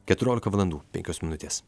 keturiolika valandų penkios minutės